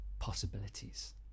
possibilities